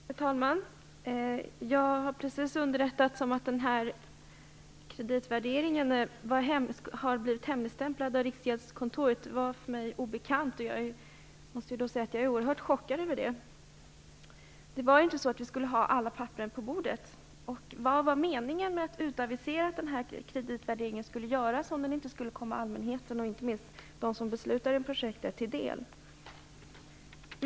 Fru talman! Jag har precis underrättats om att kreditvärderingen har hemligstämplats av Riksgäldskontoret. Det var för mig obekant, och jag måste säga att jag är oerhört chockad över det. Det var inte så att vi skulle ha alla papperen på bordet. Vad var meningen med att avisera att den här kreditvärderingen skulle göras om den inte skulle komma allmänheten och inte minst dem som beslutar i projektet till del?